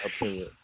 opinion